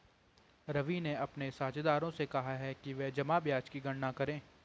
रवि ने अपने साझेदारों से कहा कि वे जमा ब्याज की गणना करें